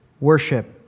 worship